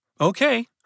okay